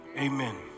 Amen